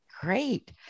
Great